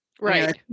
Right